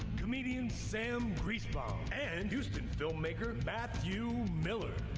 comedian sam griesbaum and houston filmmaker, matthew miller.